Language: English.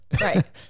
Right